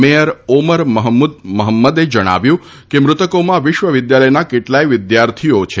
mayor Omar Mohamud મોહમ્મદે જણાવ્યું કે મૃતકોમાં વિશ્વ વિદ્યાલયના કેટલાય વિદ્યાર્થીઓ છે